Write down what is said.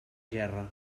gerra